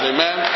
Amen